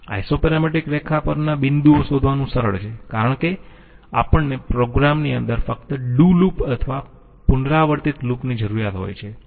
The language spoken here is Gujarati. આઈસોપેરામેટ્રિક રેખા પરના બિંદુઓ શોધવાનું સરળ છે કારણ કે આપણને પ્રોગ્રામ ની અંદર ફક્ત ડૂ લૂપ અથવા પુનરાવર્તિત લૂપ ની જરૂરિયાત હોય છે